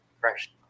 fresh